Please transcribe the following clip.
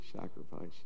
sacrifice